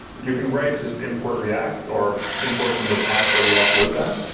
you can write just import react or import from the path that react lives at,